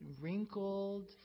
wrinkled